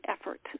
effort